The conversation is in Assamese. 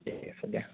ঠিক আছে দিয়া